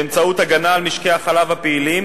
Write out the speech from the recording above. באמצעות הגנה על משקי החלב הפעילים